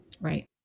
Right